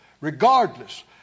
Regardless